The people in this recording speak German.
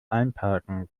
einparken